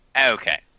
Okay